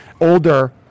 older